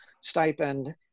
stipend